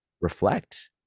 reflect